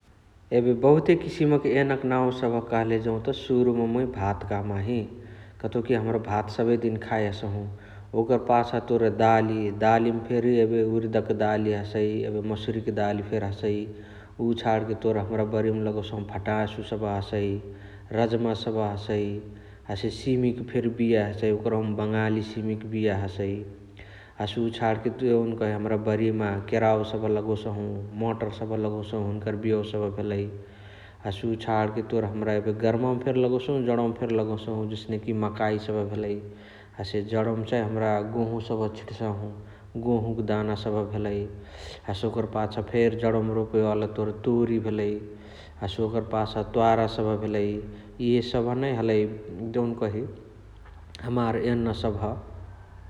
एबे बहुते किसिम क एनक नाउ सबह कहले जौत सुरुमा मुइ भात कहबाही । कतौकी हमरा भात सबे दिन खाए हसहु ओकर पाछा तोर दाली । दालिमा फेरी एबे उरिदक दाली हसइ एबे मासुरिक दाली फेरी हसइ । उ छाणके तोर हमरा बारीमा लगोसहु भटासु सबह हसइ, राजामा सबह हसइ । हसे सिमिक फेरी बिया हसइ ओकरहु म बङाली सिमिक बिया हसइ । हसे उ छाणके देउनकही हमरा बरिमा केराउ सबह लगोसहु मटर सबह लगोसहु हुनुकर बियवा सबह भेलइ । हसे छणके तोर हमरा एबे गरमाव मा फेर लगोसहु जणवा मा फेरी लगोसहु जसनेकी मकाइ सबह भेलइ । हसे जणवा मा चाइ हमरा गोहु सबह छिटसाहु गोहुक दाना सबह भेलइ । हसे ओकरा पाछा फेरी जणवा मा रोपेवाला तोरी भेलइ । हसे ओकर पाछा त्वारा सबह भेलइ । इहे सबह नै हलइ देउनकही हमार एन सबह ।